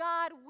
God